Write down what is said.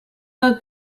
have